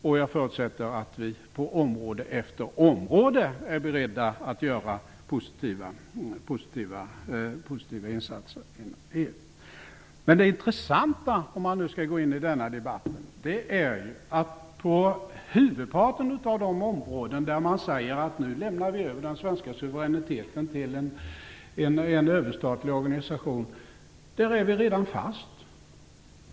Och jag förutsätter att vi på område efter område är beredda till positiva insatser inom EU. Men det intressanta är, om man nu skall gå in denna debatt, att på huvudparten av de områden där man säger att den svenska suveräniteten nu överlämnas till en överstatlig organisation är vi redan fast.